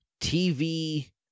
TV